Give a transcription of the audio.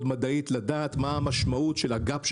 מדעית לדעת מה המשמעות של הפער שנוצר.